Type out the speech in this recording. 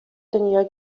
дөнья